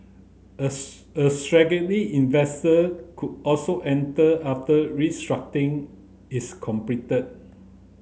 a a investor could also enter after restructuring is completed